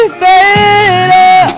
better